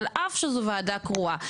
על אף שזו ועדה קרואה.